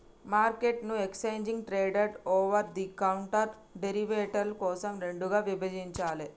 మార్కెట్ను exchange traded, over the counter డెరివేటివ్ల కోసం రెండుగా విభజించాలే